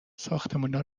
ساختمونا